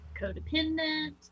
codependent